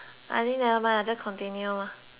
just continue lah